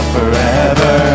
forever